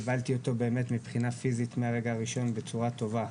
קיבלתי אותו באמת מבחינה פיזית מהרגע הראשון בצורה טובה.